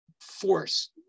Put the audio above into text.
force